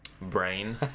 Brain